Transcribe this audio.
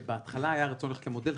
היה רצון בהתחלה ללכת למודל.